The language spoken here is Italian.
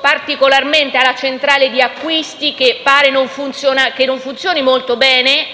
particolarmente alla centrale di acquisti, che pare non funzioni molto bene,